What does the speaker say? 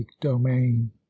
domain